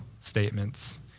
statements